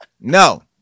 No